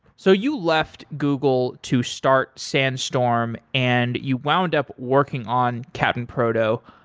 so you left google to start sandstorm and you wound up working on cap'n proto.